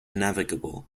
navigable